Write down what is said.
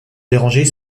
déranger